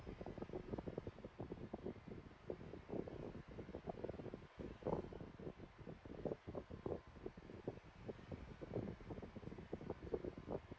the